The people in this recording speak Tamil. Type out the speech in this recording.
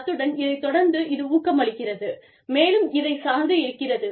அத்துடன் இதைத் தொடர்ந்து இது ஊக்கமளிக்கிறது மேலும் இதை சார்ந்து இருக்கிறது